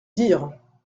dire